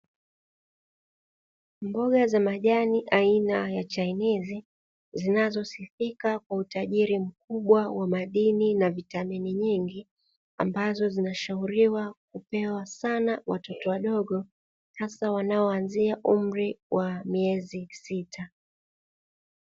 Mboga za majani aina ya chainizi zinazosifika kwa utajiri mkubwa wa madini na vitamini nyingi ambazo zinashauriwa kupewa sana watoto wadogo hasa, wanaoanzia umri wa miezi sita.